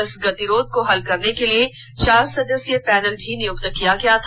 इस गतिरोध को हल करने के लिए चार सदस्यीय पैनल भी नियुक्त किया गया था